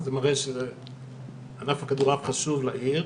זה מראה שענף הכדורעף חשוב לעיר.